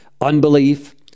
Unbelief